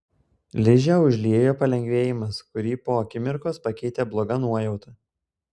ližę užliejo palengvėjimas kurį po akimirkos pakeitė bloga nuojauta